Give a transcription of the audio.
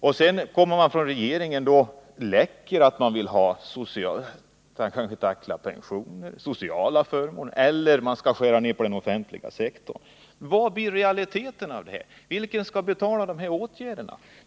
Därefter ”läcker” regeringen att den vill tackla pensionerna och vissa sociala förmåner eller skära ned den offentliga sektorn. Vem skall betala de här åtgärderna?